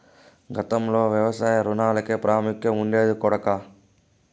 గతంలో వ్యవసాయ రుణాలకే ప్రాముఖ్యం ఉండేది కొడకా